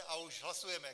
A už hlasujeme.